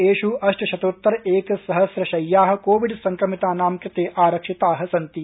एषु अष्टशतोत्तर एकसहस्र शय्या कोविड संक्रमितानां कृते आरक्षिता सन्ति